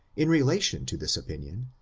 in relation to this opinion,